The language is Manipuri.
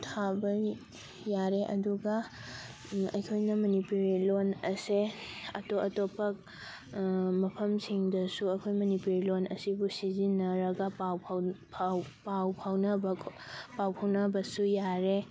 ꯊꯥꯕꯒꯤ ꯌꯥꯔꯦ ꯑꯗꯨꯒ ꯑꯩꯈꯣꯏꯅ ꯃꯅꯤꯄꯨꯔꯤ ꯂꯣꯟ ꯑꯁꯦ ꯑꯇꯣꯞ ꯑꯇꯣꯞꯄ ꯃꯐꯝꯁꯤꯡꯗꯁꯨ ꯑꯩꯈꯣꯏ ꯃꯅꯤꯄꯨꯔꯤ ꯂꯣꯟ ꯑꯁꯤꯕꯨ ꯁꯤꯖꯤꯟꯅꯔꯒ ꯄꯥꯎ ꯄꯥꯎ ꯐꯥꯎꯅꯕ ꯄꯥꯎ ꯐꯥꯎꯅꯕꯁꯨ ꯌꯥꯔꯦ